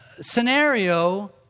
scenario